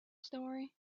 story